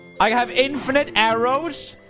i have infinite arrows.